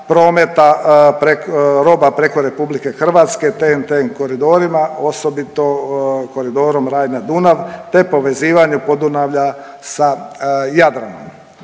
prometa roba preko Republike Hrvatske, TEN-T koridorima osobito koridorom Reina – Dunav, te povezivanju Podunavlja sa Jadranom.